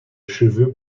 cheveux